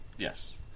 Yes